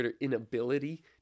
inability